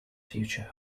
future